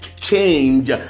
change